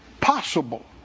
possible